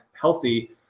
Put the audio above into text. healthy